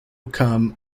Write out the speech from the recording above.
come